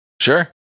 Sure